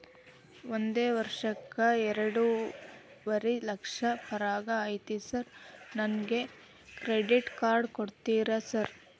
ಒಂದ್ ವರ್ಷಕ್ಕ ಎರಡುವರಿ ಲಕ್ಷ ಪಗಾರ ಐತ್ರಿ ಸಾರ್ ನನ್ಗ ಕ್ರೆಡಿಟ್ ಕಾರ್ಡ್ ಕೊಡ್ತೇರೆನ್ರಿ?